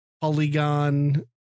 polygon